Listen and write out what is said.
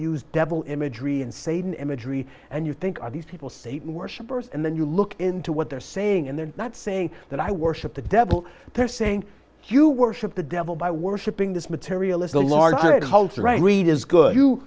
use devil imagery and satan imagery and you think are these people satan worshippers and then you look into what they're saying and they're not saying that i worship the devil they're saying you worship the devil by worshipping this material is a large red house or a weed is good you